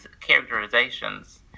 characterizations